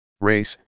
Race